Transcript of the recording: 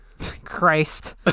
Christ